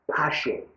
passion